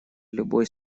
любой